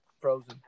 frozen